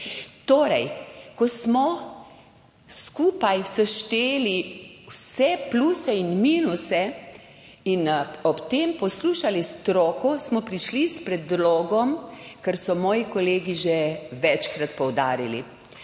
prišel. Ko smo skupaj sešteli vse pluse in minuse in ob tem poslušali stroko, smo prišli s predlogom, kar so moji kolegi že večkrat poudarili,